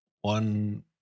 one